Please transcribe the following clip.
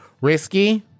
Risky